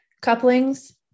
couplings